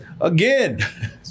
again